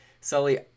Sully